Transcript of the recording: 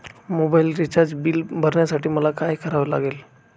Mobile recharge bill भरण्यासाठी मला काय करावे लागेल?